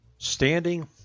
standing